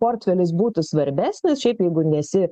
portfelis būtų svarbesnis šiaip jeigu nesi